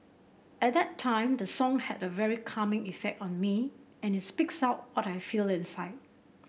at that time the song had a very calming effect on me and it speaks out what I feel inside